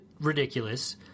ridiculous